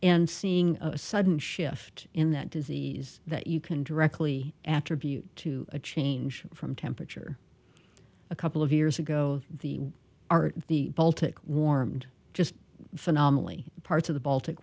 and seeing a sudden shift in that disease that you can directly attribute to a change from temperature a couple of years ago the are the baltic warmed just phenomenally parts of the baltic